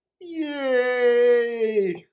Yay